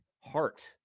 Heart